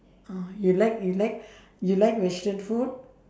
oh you like you like you like western food